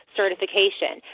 certification